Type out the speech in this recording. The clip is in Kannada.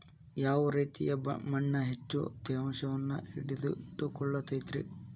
ಯಾವ ರೇತಿಯ ಮಣ್ಣ ಹೆಚ್ಚು ತೇವಾಂಶವನ್ನ ಹಿಡಿದಿಟ್ಟುಕೊಳ್ಳತೈತ್ರಿ?